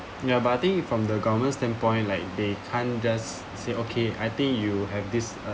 ya but I think if from the government standpoint like they can't just say okay I think you have this